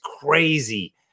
crazy